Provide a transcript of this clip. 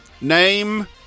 Name